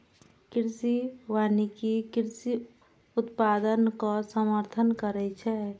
कृषि वानिकी कृषि उत्पादनक समर्थन करै छै